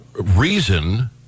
reason